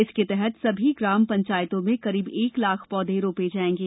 इसके तहत सभी ग्राम पंचायतों में करीब एक लाख पौधे रोपे जायेंगे